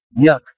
yuck